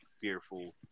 fearful